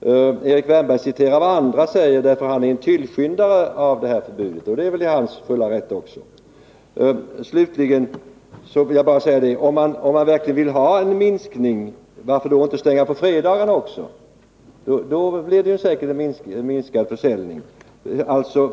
Erik Wärnberg citerar vad andra säger, därför att han är en tillskyndare av detta förbud. Det är hans fulla rätt. Slutligen: Om man vill ha en minskning, varför stänger man inte på fredagarna också? Då blir det säkert minskad försäljning.